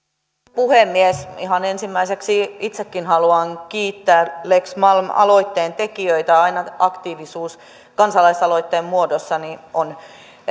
puhemies ihan ensimmäiseksi itsekin haluan kiittää lex malmi aloitteen tekijöitä aina aktiivisuus kansalaisaloitteen muodossa on